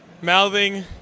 mouthing